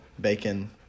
bacon